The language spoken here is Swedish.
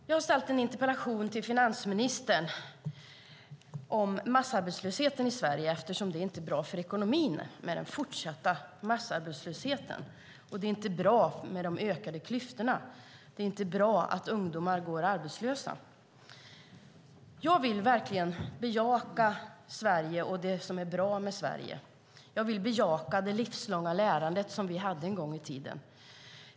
Herr talman! Jag har ställt en interpellation till finansministern om massarbetslösheten i Sverige, eftersom den fortsatta massarbetslösheten inte är bra för ekonomin. Det är inte bra med de ökade klyftorna. Det är inte bra att ungdomar går arbetslösa. Jag vill verkligen bejaka Sverige och det som är bra med Sverige. Jag vill bejaka det livslånga lärandet som vi hade en gång i tiden.